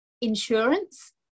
insurance